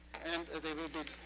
and they will